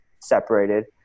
separated